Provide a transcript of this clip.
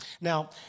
Now